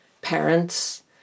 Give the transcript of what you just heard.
parents